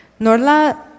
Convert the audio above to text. Norla